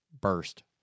burst